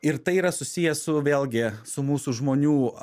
ir tai yra susiję su vėlgi su mūsų žmonių